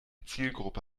zielgruppe